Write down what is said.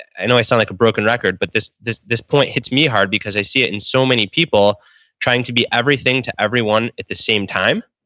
i know i sound like a broken record, but this this point hits me hard because i see it in so many people trying to be everything to everyone at the same time.